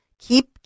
keep